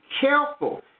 careful